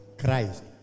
Christ